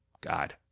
god